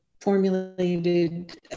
formulated